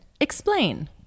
Explain